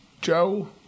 Joe